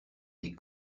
des